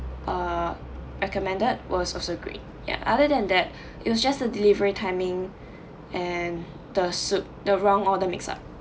uh recommended was also great yeah other than that it was just the delivery timing and the soup the wrong order mixed up